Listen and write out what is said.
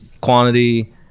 quantity